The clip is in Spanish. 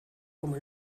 como